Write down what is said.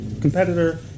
Competitor